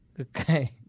Okay